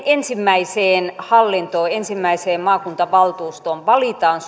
ensimmäiseen hallintoon ensimmäiseen maakuntavaltuustoon valitaan